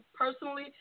personally